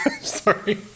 Sorry